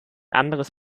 anderes